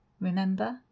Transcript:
remember